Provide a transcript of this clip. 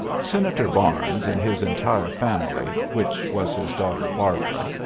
senator barnes and his entire family, which was his daughter barbara,